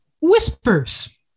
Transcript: whispers